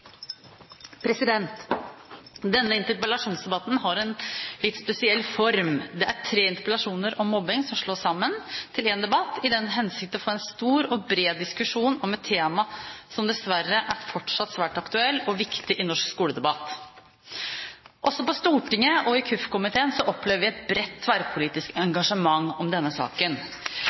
Denne interpellasjonsdebatten har en litt spesiell form. Det er tre interpellasjoner om mobbing som slås sammen til én debatt, i den hensikt å få en stor og bred diskusjon om et tema som dessverre fortsatt er svært aktuelt og viktig i norsk skoledebatt. Også på Stortinget og i kirke-, utdannings- og forskningskomiteen opplever vi et bredt tverrpolitisk engasjement om denne saken.